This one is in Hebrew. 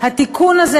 התיקון הזה,